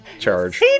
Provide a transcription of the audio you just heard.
Charge